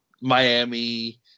Miami